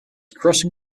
crossing